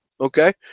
Okay